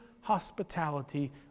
hospitality